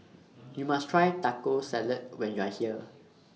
YOU must Try Taco Salad when YOU Are here